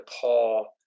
Paul